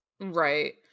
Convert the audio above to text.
Right